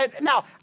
Now